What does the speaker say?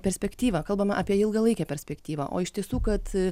perspektyvą kalbame apie ilgalaikę perspektyvą o iš tiesų kad